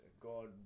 god